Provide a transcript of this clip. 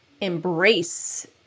embrace